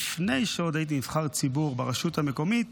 לפני שעוד הייתי נבחר ציבור ברשות המקומית